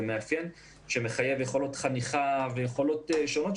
זה מאפיין שמחייב יכולות חניכה ויכולות שונות.